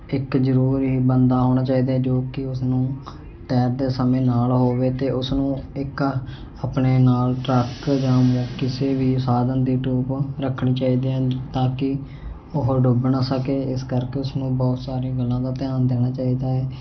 ਇੱਕ ਜ਼ਰੂਰ ਹੀ ਬੰਦਾ ਹੋਣਾ ਚਾਹੀਦਾ ਹੈ ਜੋ ਕਿ ਉਸਨੂੰ ਤੈਰਦੇ ਸਮੇਂ ਨਾਲ ਹੋਵੇ ਅਤੇ ਉਸਨੂੰ ਇੱਕ ਆਪਣੇ ਨਾਲ ਟਰੱਕ ਜਾਂ ਮੋ ਕਿਸੇ ਵੀ ਸਾਧਨ ਦੀ ਟੂਪ ਰੱਖਣੀ ਚਾਹੀਦੀ ਹੈ ਤਾਂ ਕਿ ਉਹ ਡੁੱਬ ਨਾ ਸਕੇ ਇਸ ਕਰਕੇ ਉਸਨੂੰ ਬਹੁਤ ਸਾਰੀ ਗੱਲਾਂ ਦਾ ਧਿਆਨ ਦੇਣਾ ਚਾਹੀਦਾ ਹੈ